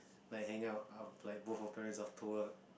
like hang out like both our parents after work